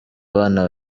abana